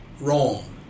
wrong